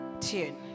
tune